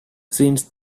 since